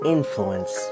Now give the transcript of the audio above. Influence